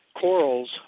corals